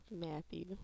Matthew